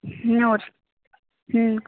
ನೋಡಿ ಹ್ಞೂ